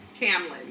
Camlin